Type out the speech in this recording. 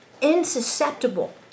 insusceptible